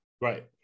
Right